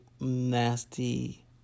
nasty